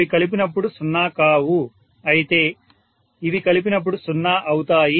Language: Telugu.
అవి కలిపినప్పుడు 0 కావు అయితే ఇవి కలిపినప్పుడు 0 అవుతాయి